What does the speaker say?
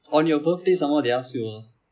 on your birthday somemore they ask you[ah]